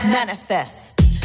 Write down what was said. manifest